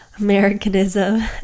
Americanism